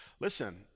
Listen